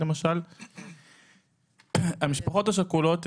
המשפחות השכולות,